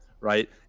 right